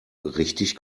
richtig